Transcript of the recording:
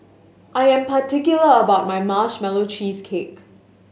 I am particular about my Marshmallow Cheesecake